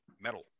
metal